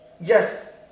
yes